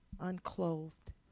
unclothed